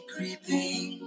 Creeping